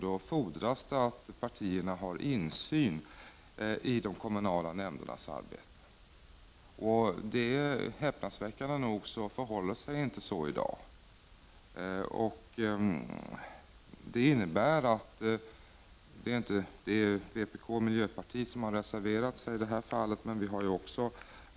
Då fordras det att partierna har insyn i de kommunala nämndernas arbete. Häpnads väckande nog förhåller det sig inte så i dag. Vpk och miljöpartiet har reserverat sig i det fallet.